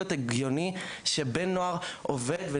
נראה לכם שזה יכול להיות שבן נוער עובד עבור סכום כזה?